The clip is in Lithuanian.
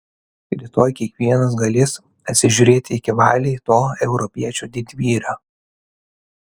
rytoj kiekvienas galės atsižiūrėti iki valiai to europiečio didvyrio